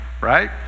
right